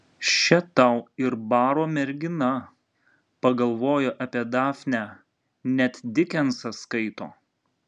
še tau ir baro mergina pagalvojo apie dafnę net dikensą skaito